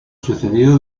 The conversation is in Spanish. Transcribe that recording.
sucedido